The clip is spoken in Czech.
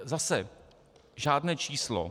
Zase žádné číslo.